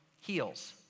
heals